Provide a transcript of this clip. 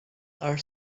are